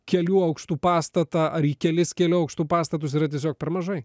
kelių aukštų pastatą ar į kelis kelių aukštų pastatus yra tiesiog per mažai